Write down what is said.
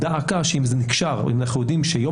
דא עקא שאם זה נקשר או אנחנו יודעים שיום